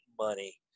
money